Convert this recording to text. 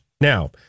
Now